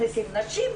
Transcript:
מכניסים נשים,